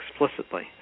explicitly